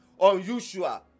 Unusual